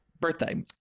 birthday